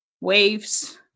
waves